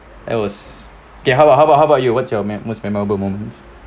it was okay how about how about how about you what's your me~ most memorable moments